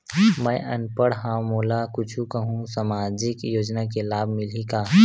मैं अनपढ़ हाव मोला कुछ कहूं सामाजिक योजना के लाभ मिलही का?